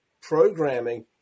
programming